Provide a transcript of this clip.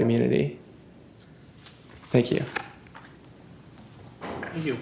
immunity thank you you